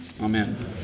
Amen